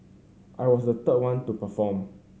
I was the third one to perform